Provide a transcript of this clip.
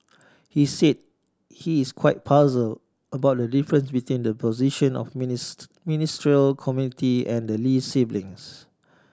he said he is quite puzzled about the difference between the position of Ministerial Committee and Lee siblings